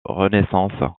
renaissance